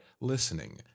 listening